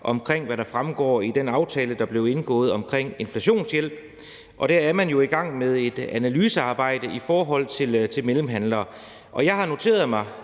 om, hvad der fremgår af den aftale, der blev indgået om inflationshjælp, og der er man jo i gang med et analysearbejde i forhold til mellemhandlere. Jeg har noteret mig,